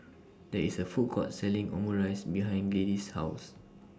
There IS A Food Court Selling Omurice behind Gladyce's House